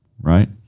right